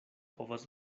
povas